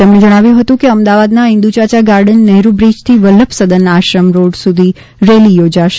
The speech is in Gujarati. તેમણે જણાવ્યું હતું કે અમદાવાદનાં ઇન્દુ ચાચા ગાર્ડન નહેરૂ બ્રીજથી વલ્લભ સદન આશ્રમ રોડ સુધી રેલી યોજાશે